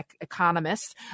economist